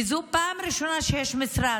וזו הפעם הראשונה שיש משרד.